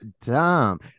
dumb